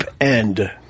end